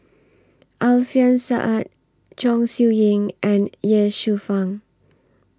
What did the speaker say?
Alfian Sa'at Chong Siew Ying and Ye Shufang